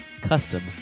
Custom